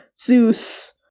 Zeus